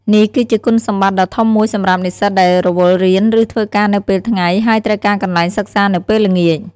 នេះគឺជាគុណសម្បត្តិដ៏ធំមួយសម្រាប់និស្សិតដែលរវល់រៀន ឬធ្វើការនៅពេលថ្ងៃ ហើយត្រូវការកន្លែងសិក្សានៅពេលល្ងាច។